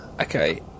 okay